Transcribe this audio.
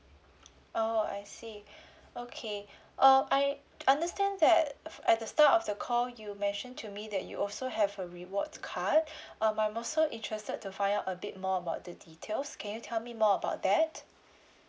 oh I see okay oh I understand that f~ at the start of the call you mentioned to me that you also have a rewards card um I'm also interested to find out a bit more about the details can you tell me more about that